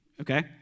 Okay